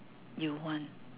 you want